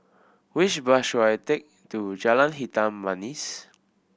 which bus should I take to Jalan Hitam Manis